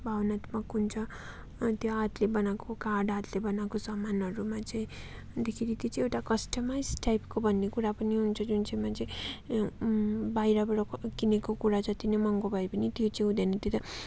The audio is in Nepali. भावनात्मक हुन्छ अनि त्यो हातले बनाएको कार्ड हातले बनाएको सामानहरूमा चाहिँ भन्दाखेरि त्यो चाहिँ एउटा कस्टमाइज टाइपको भन्ने कुरा पनि हुन्छ जुन चाहिँ मान्छे बाहिरबाट क किनेको कुरा जति नै महँगो भए पनि त्यो चाहिँ हुँदैन